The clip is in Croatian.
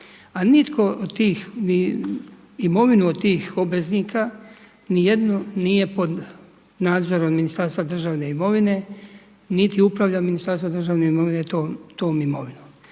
A nitko od tih, imovinu od tih obveznika ni jedna nije pod nadzorom Ministarstva državne imovine, niti upravlja Ministarstvo državne imovine tom imovinom.